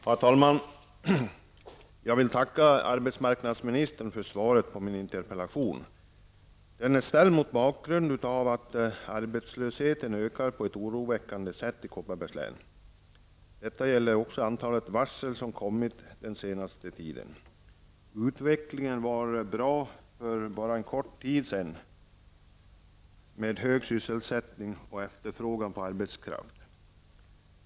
Herr talman! Jag vill tacka arbetsmarknadsministern för svaret på min interpellation. Interpellationen är ställd mot bakgrund av att arbetslösheten ökar på ett oroväckande sätt i Kopparbergs län. Detta gäller också antalet varsel som har kommit på senaste tiden. Utvecklingen gick bra för bara en kort tid sedan med hög sysselsättning och efterfrågan på arbetskraft.